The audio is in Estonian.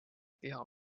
keha